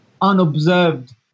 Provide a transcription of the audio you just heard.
unobserved